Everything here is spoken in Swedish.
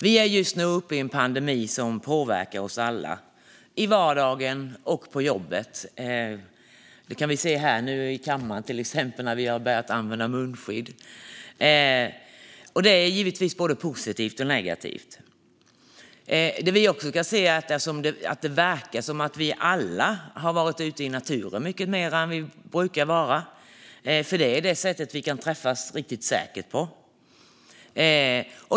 Vi är just nu uppe i en pandemi som påverkar oss alla, i vardagen och på jobbet. Det kan vi till exempel se här i kammaren när vi har börjat använda munskydd. Detta är givetvis både positivt och negativt. Det verkar som att vi alla har varit ute i naturen mycket mer än vi brukar vara, för det är på det sättet vi kan träffas riktigt säkert.